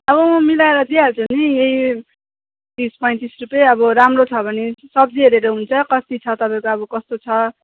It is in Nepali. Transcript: अब मिलाएर दिइहाल्छु नि यही तिस पैँतिस रुपियाँ अब राम्रो छ भने सब्जी हेरेर हुन्छ कति छ तपाईँको अब कस्तो छ